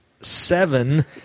seven